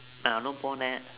நானும் போனேன்:naanum pooneen